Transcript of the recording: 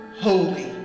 holy